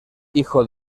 hijo